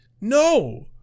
no